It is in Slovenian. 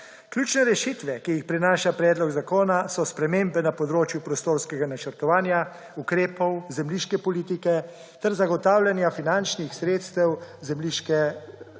Ključne rešitve, ki jih prinaša predlog zakona, so spremembe na področju prostorskega načrtovanja, ukrepov zemljiške politike ter zagotavljanja finančnih sredstev zemljiške politike,